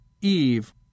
Eve